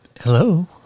Hello